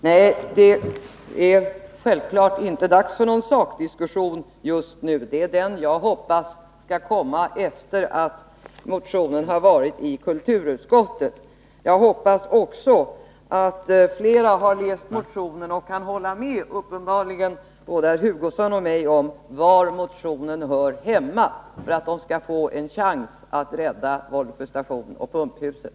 Herr talman! Nej, det är självfallet inte dags för någon sakdiskussion just nu. Den hoppas jag skall komma efter det att motionen har behandlats av kulturutskottet. Jag hoppas också att flera ledamöter då har läst motionen och kan hålla med både Kurt Hugosson och mig om var motionen hör hemma. Då kan vi få en chans att rädda Vollsjö station och Pumphuset.